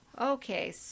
Okay